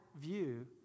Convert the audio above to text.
view